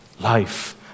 life